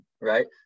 Right